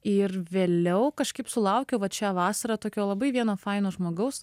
ir vėliau kažkaip sulaukiau vat šią vasarą tokio labai vieno faino žmogaus